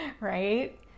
right